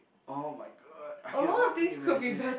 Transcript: [oh]-my-god I can only imagine